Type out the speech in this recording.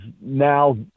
now